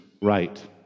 right